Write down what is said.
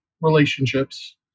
relationships